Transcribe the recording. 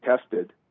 tested